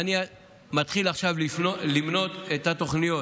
אני מתחיל עכשיו למנות את התוכניות.